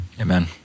Amen